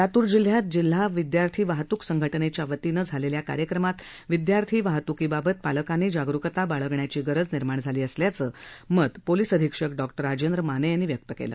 लातूर जिल्ह्यात जिल्हा विदयार्थी वाहतूक संघटनेच्या वतीनं झालेल्या कार्यक्रमात विदयार्थी वाहतूकीबाबत पालकांनी जागरूकता बाळगण्याची गरज निर्माण झाली असल्याचं मत पोलीस अधीक्षक डॉक्टर राजेंद्र माने यांनी व्यक्त केलं